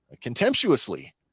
Contemptuously